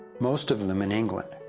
most of them in england.